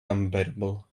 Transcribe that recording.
unbearable